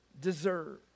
deserve